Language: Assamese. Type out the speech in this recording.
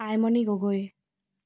আইমণি গগৈ